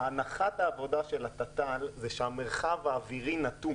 הנחת העבודה של התת"ל היא שהמרחב האווירי נתון